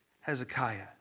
Hezekiah